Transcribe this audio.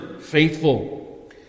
faithful